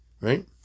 right